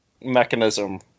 mechanism